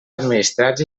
administrats